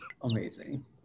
amazing